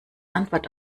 antwort